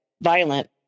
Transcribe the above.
violent